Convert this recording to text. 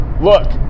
Look